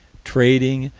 trading,